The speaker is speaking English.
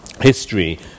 history